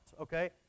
okay